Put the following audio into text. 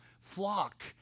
flock